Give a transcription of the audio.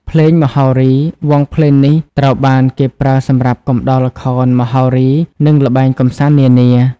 ភ្លេងមហោរី វង់ភ្លេងនេះត្រូវបានគេប្រើសម្រាប់កំដរល្ខោនមហោរីនិងល្បែងកំសាន្តនានា។